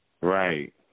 Right